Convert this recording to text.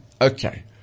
Okay